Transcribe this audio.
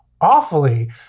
awfully